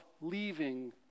leaving